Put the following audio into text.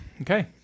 Okay